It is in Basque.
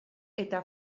eta